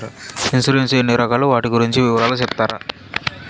Insurance ఎన్ని రకాలు వాటి గురించి వివరాలు సెప్తారా?